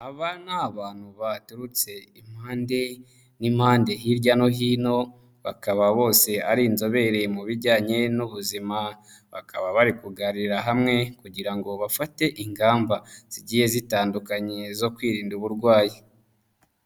Aba ni abantu baturutse impande n'impande, hirya no hino, bakaba bose ari inzobere mu bijyanye n'ubuzima. Bakaba bari kuganira hamwe, kugira ngo bafate ingamba zigiye zitandukanye, zo kwirinda uburwayi.